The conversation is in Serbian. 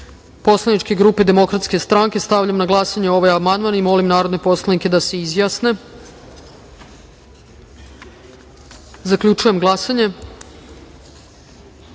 poslaničke grupe Demokratske stranke. Stavljam na glasanje ovaj amandman. Molim narodne poslanike da se izjasne. Zaključujem glasanje: